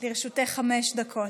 לרשותך חמש דקות.